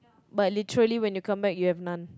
but literally when you come back you have none